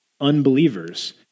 unbelievers